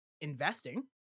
investing